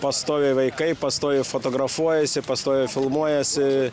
pastoviai vaikai pastoviai fotografuojasi pastoviai filmuojasi